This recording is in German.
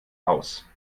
aus